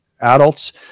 adults